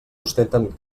ostenten